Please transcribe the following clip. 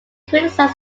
criticizes